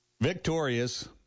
victorious